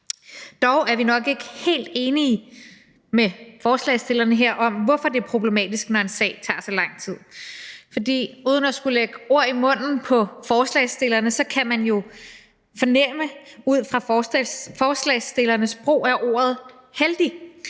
Dog er vi nok ikke helt enige med forslagsstillerne her om, hvorfor det er problematisk, når en sag tager så lang tid. For uden at skulle lægge ord i munden på forslagsstillerne, kan man jo fornemme ud fra forslagsstillernes brug af ordet heldig,